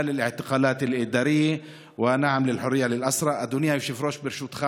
לא למעצרים המינהליים וכן לחירות לאסירים.) אדוני היושב-ראש,